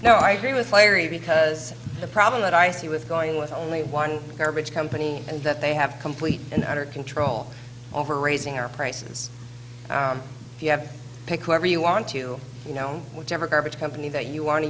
now i agree with larry because the problem that i see with going with only one garbage company and that they have complete and utter control over raising their prices if you have a pick whoever you want to you know whatever garbage company that you want to